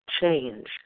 change